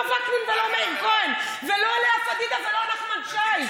לא וקנין ולא מאיר כהן ולא לאה פדידה ולא נחמן שי.